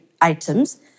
items